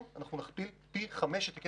זאת אומרת,